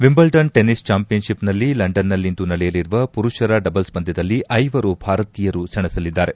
Wimbledon tennis ಚಾಂಪಿಯನ್ಶಿಪ್ನಲ್ಲಿ ಲಂಡನ್ನಲ್ಲಿಂದು ಇಂದು ನಡೆಯಲಿರುವ ಮರುಷರ ಡಬಲ್ಸ್ ಪಂದ್ನದಲ್ಲಿ ಐವರು ಭಾರತೀಯರು ಸೆಣಸಲಿದ್ದಾರೆ